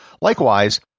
Likewise